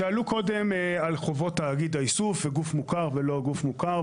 שאלו קודם על חובות תאגיד האיסוף וגוף מוכר ולא גוף מוכר,